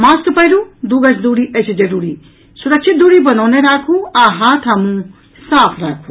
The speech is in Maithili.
मास्क पहिरू दू गज दूरी अछि जरूरी सुरक्षित दूरी बनौने राखू आ हाथ आ मुंह साफ राखू